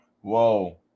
Whoa